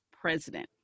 president